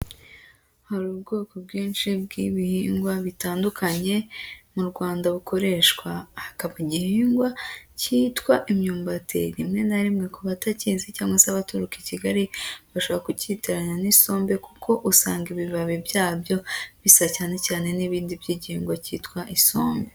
Hari ubwoko bwinshi bw'ibihingwa bitandukanye mu Rwanda bukoreshwa, hakaba igihingwa cyitwa imyumbati, rimwe na rimwe ku batakizi cyangwa se baturuka i Kigali bashobora kukitiranya n'isombe, kuko usanga ibibabi byabyo bisa, cyane cyane n'ibindi by'igihingwa cyitwa isombe.